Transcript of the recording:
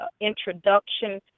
introduction